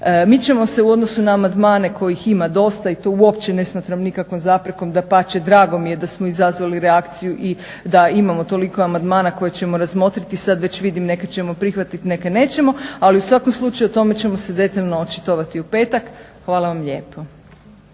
Mi ćemo se u odnosu na amandmane kojih ima dosta i to uopće ne smatram nikakvom zaprekom, dapače drago mi je da smo izazvali reakciju i da imamo toliko amandmana koje ćemo razmotriti, sada već vidim neke ćemo prihvatiti neke nećemo ali u svakom slučaju o tome ćemo se detaljno očitovati u petak. Hvala vam lijepo.